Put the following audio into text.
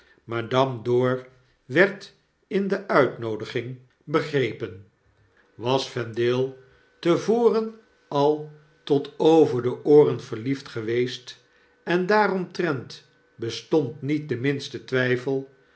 madame dor werd in de uitnoodiging begrepen was vendale te voren al tot over de ooren verliefd geweest en daaromtrent bestond niet de minste twijfel